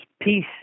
peace